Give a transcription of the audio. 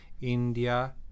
India